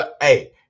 Hey